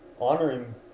honoring